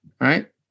right